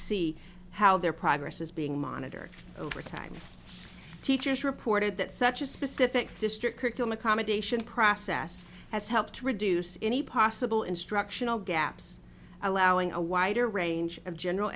see how their progress is being monitored over time teachers reported that such a specific district curriculum accommodation process has helped reduce any possible instructional gaps allowing a wider range of general